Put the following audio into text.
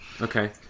okay